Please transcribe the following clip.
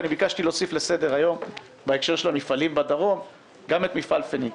ביקשתי להוסיף לסדר היום בהקשר של המפעלים בדרום גם את מפעל פניציה.